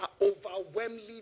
overwhelmingly